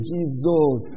Jesus